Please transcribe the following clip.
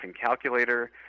calculator